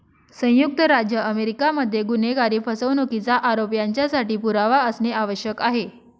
संयुक्त राज्य अमेरिका मध्ये गुन्हेगारी, फसवणुकीचा आरोप यांच्यासाठी पुरावा असणे आवश्यक आहे